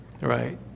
Right